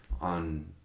on